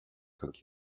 cook